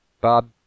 Bob